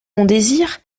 montdésir